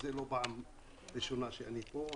וזו לא פעם הראשונה שאני פה.